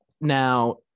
Now